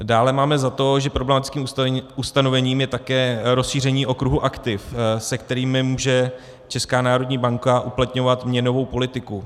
Dále máme za to, že problematickým ustanovením je také rozšíření okruhu aktiv, se kterými může Česká národní banka uplatňovat měnovou politiku.